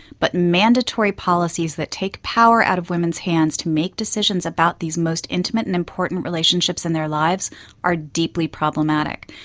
but mandatory policies that take power out of women's hands to make decisions about these most intimate and important relationships in their lives are deeply problematic.